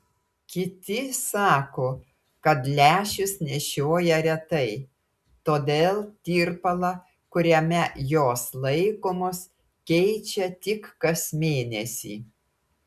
kiti sako kad lęšius nešioja retai todėl tirpalą kuriame jos laikomos keičia tik kas mėnesį